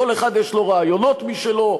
כל אחד יש לו רעיונות משלו,